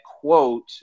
quote